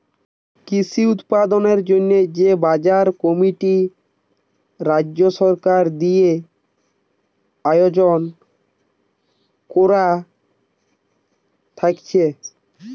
কৃষি উৎপাদনের জন্যে যে বাজার কমিটি রাজ্য সরকার দিয়ে আয়জন কোরা থাকছে